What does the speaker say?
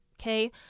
okay